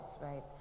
right